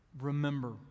remember